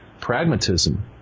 pragmatism